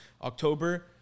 October